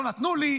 לא נתנו לי,